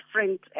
different